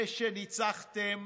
זה שניצחתם